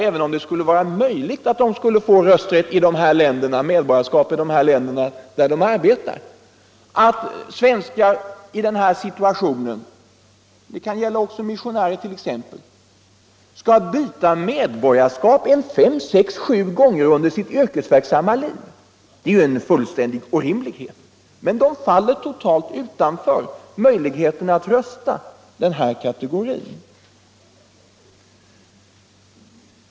Även om det skulle vara möjligt för dessa personer att få medborgarskap i de länder där de arbetar, kan vi inte begära att svenskar i den här situationen skall byta medborgarskap fem, sex eller sju gånger under sitt yrkesverksamma liv. Det är fullständigt orimligt att den här kategorin faller helt utanför när det gäller möjligheten att rösta.